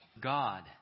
God